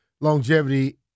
longevity